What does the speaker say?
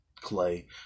Clay